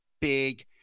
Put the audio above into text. big